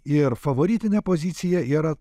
ir favoritinė pozicija yra